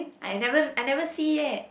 I never I never see yet